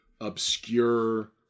obscure